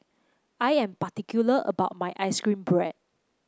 I am particular about my ice cream bread